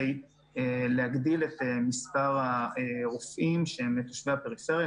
להגדיל את מספר הרופאים תושבי הפריפריה,